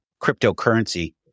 cryptocurrency